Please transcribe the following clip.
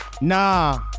Nah